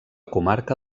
comarca